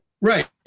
right